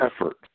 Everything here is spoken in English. effort